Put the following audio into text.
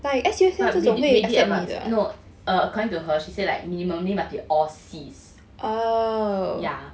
but we did advance no err according to her she said like minimally must be all C_S yeah